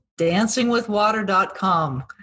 dancingwithwater.com